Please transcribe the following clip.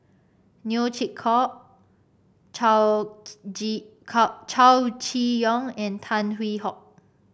Neo Chwee Kok Chow Chow Chee Yong and Tan Hwee Hock